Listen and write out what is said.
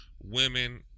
women